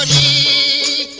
e